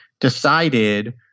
decided